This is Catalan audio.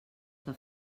que